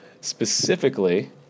specifically